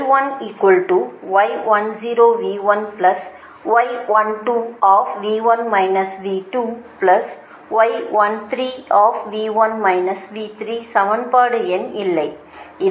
அதாவது சமன்பாடு எண் இல்லை